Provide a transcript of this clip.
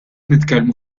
nitkellmu